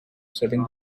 selling